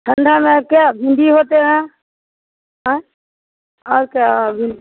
ठंड में क्या भिंडी होती है आँए और क्या अभी